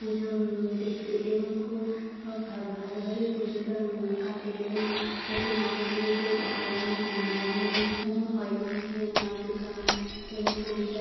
পুজো দেখতে এবং খুব ভালোভাবে পুজোটা কাটে এবং হচ্ছে দুর্গা পুজোতে ধর্ম অনুষ্ঠানও হয় এবং এখানে নাচ গান এবং কবিতা